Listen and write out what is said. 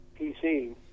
PC